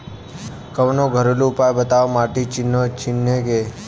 कवनो घरेलू उपाय बताया माटी चिन्हे के?